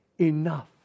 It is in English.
enough